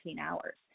hours